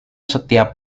setiap